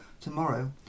tomorrow